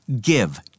give